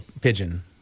pigeon